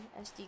sd